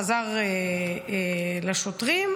חזר לשוטרים,